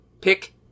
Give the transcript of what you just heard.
pick